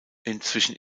inzwischen